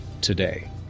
today